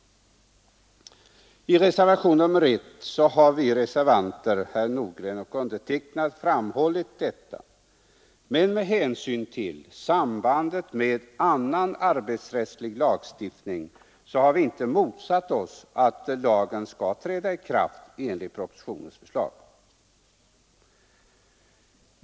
Herr Nordgren och jag har i reservationen 1 framhållit detta, men med hänsyn till sambandet med annan arbetsrättslig lagstiftning har vi inte motsatt oss att lagen skall träda i kraft i enlighet med propositionens förslag.